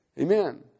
Amen